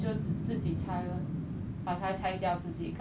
!wah! 这么 atas ah